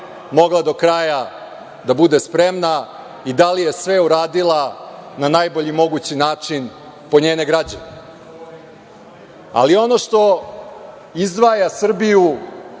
mogla do kraja da bude spremna i da li je sve uradila na najbolji mogući način po njene građane? Ono što izdvaja Srbiju